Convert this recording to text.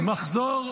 רגע,